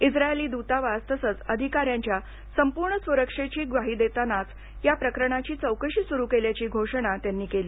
Israeli दूतावास तसंच अधिकाऱ्यांच्या संपूर्ण सुरक्षेची ग्वाही देतानाच या प्रकरणाची चौकशी सुरु केल्याची घोषणा त्यांनी केली